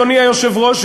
אדוני היושב-ראש,